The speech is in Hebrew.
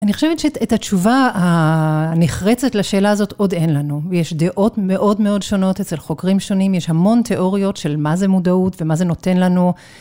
אני חושבת שאת התשובה הנחרצת לשאלה הזאת עוד אין לנו. ויש דעות מאוד מאוד שונות אצל חוקרים שונים, יש המון תיאוריות של מה זה מודעות ומה זה נותן לנו.